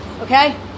okay